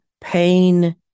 pain